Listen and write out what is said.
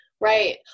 right